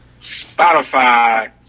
Spotify